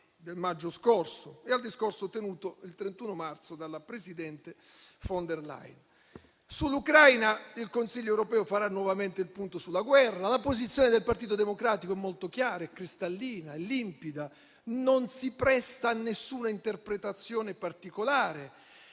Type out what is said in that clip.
del maggio scorso e al discorso tenuto il 31 marzo dalla presidente von der Leyen. Sull'Ucraina il Consiglio europeo farà nuovamente il punto sulla guerra. La posizione del Partito Democratico è molto chiara, cristallina, limpida e non si presta a nessuna interpretazione particolare.